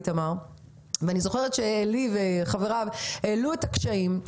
עלי וחבריו העלו את הקשיים,